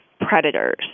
predators